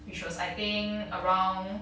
which was I think around